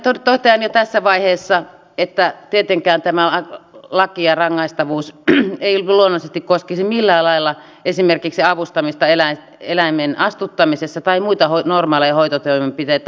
totean jo tässä vaiheessa että tietenkään tämä laki ja rangaistavuus ei luonnollisesti koskisi millään lailla esimerkiksi avustamista eläimen astuttamisessa tai muita normaaleja hoitotoimenpiteitä